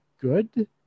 good